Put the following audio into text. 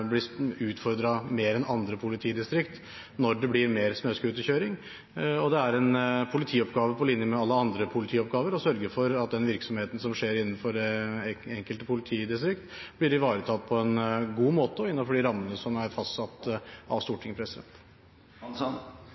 mer enn andre politidistrikt når det blir mer snøscooterkjøring, og det er en politioppgave på linje med alle andre politioppgaver å sørge for at den virksomheten som skjer innenfor det enkelte politidistrikt, blir ivaretatt på en god måte og innenfor de rammene som er fastsatt av Stortinget.